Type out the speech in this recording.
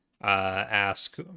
ask